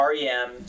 REM